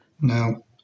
No